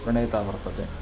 प्रणेता वर्तते